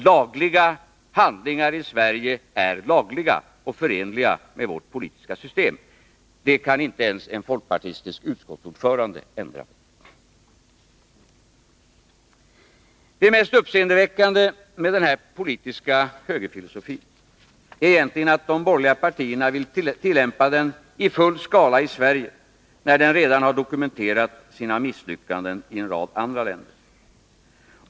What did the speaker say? Lagliga handlingar i Sverige är lagliga och förenliga med vårt politiska system — det kan inte ens en folkpartistisk utskottsordförande ändra. Det mest uppseendeväckande med denna politiska högerfilosofi är egentligen att de borgerliga partierna vill tillämpa den i full skala i Sverige, när den redan har dokumenterat sina misslyckanden i en rad andra länder.